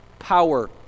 power